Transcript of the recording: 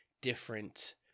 different